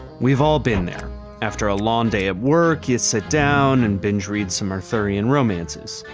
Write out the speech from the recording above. we've all been there after a long day at work, you sit down and binge-read some arthurian romances.